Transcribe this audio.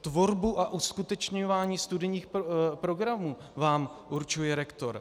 Tvorbu a uskutečňování studijních programů vám určuje rektor.